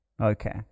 okay